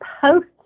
post